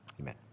Amen